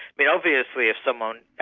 but obviously if someone